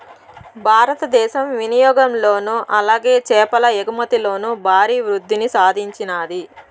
భారతదేశం వినియాగంలోను అలాగే చేపల ఎగుమతిలోను భారీ వృద్దిని సాధించినాది